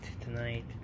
tonight